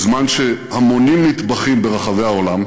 בזמן שהמונים נטבחים ברחבי העולם